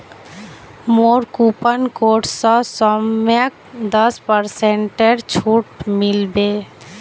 मोर coupon code स सौम्यक दस पेरसेंटेर छूट मिल बे